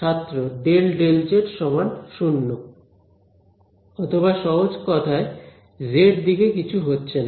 ছাত্র 0 অথবা সহজ কথায় জেড দিকে কিছু হচ্ছে না